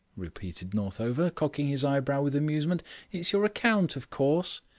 repeated northover, cocking his eyebrow with amusement. it's your account, of course.